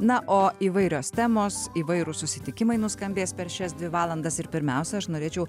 na o įvairios temos įvairūs susitikimai nuskambės per šias dvi valandas ir pirmiausia aš norėčiau